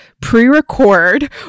pre-record